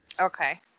Okay